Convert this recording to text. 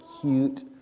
cute